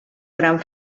gran